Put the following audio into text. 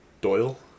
Doyle